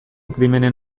krimenen